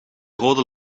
rode